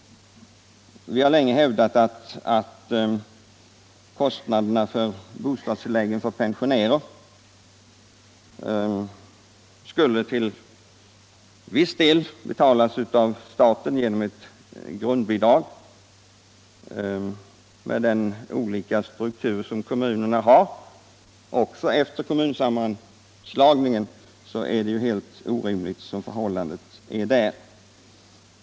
Vi har länge hävdat att kostnaderna för bostadstilläggen till pensionärerna till en viss del skulle betalas av staten genom ett grundbidrag. Med den olika åldersstruktur som kommunerna har även efter kommunsammanslagningarna är de förhållanden som därvidlag råder helt orimliga.